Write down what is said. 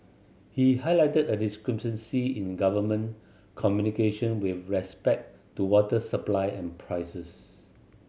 he highlighted a discrepancy in government communication with respect to water supply and prices